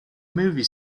movie